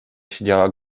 siedziała